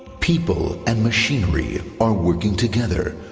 people and machinery are working together,